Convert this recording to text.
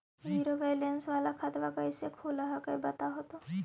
Zero balance वाला खतवा कैसे खुलो हकाई बताहो तो?